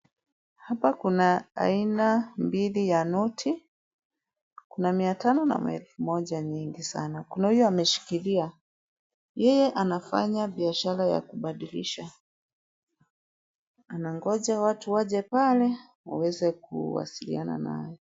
Hapa kuna aina mbili ya noti, kuna mia tano na maelfu moja nyingi sana. Kuna huyu ameshikilia, yeye anafanya biashara ya kubadilisha, anangoja watu waje pale waweze kuwasiliana naye.